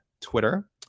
Twitter